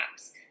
apps